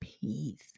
peace